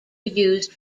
used